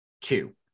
two